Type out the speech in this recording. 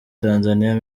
tanzania